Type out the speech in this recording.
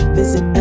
visit